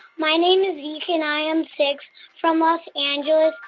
my name is zeke. and i am six from los angeles.